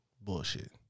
bullshit